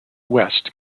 west